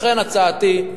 לכן הצעתי: